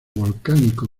volcánico